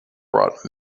brought